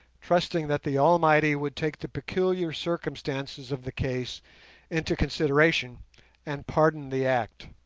trusting that the almighty would take the peculiar circumstances of the case into consideration and pardon the act.